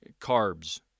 carbs